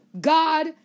God